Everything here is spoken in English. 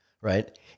right